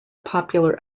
popular